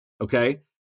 Okay